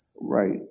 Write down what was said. Right